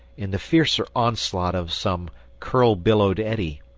in the fiercer onslaught of some curl-billowed eddy,